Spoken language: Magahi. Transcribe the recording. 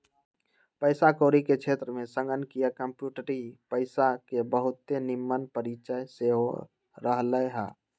पइसा कौरी के क्षेत्र में संगणकीय कंप्यूटरी पइसा के बहुते निम्मन परिचय सेहो रहलइ ह